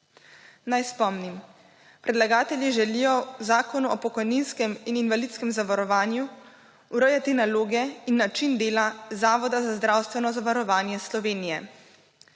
Naj spomnim. Predlagatelji želijo v Zakonu o pokojninskem in invalidskem zavarovanju urejati naloge in način dela Zavoda za zdravstveno zavarovanje Slovenije,